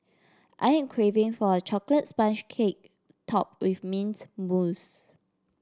I am craving for a chocolate sponge cake topped with mint mousse